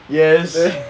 yes